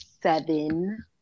seven